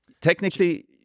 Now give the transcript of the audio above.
technically